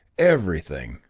everything!